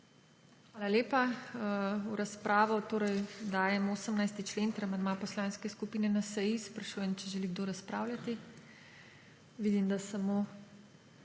Hvala lepa. V razpravo dajem 18. člen ter amandma Poslanske skupine NSi. Sprašujem, če želi kdo razpravljati? Vidim, da samo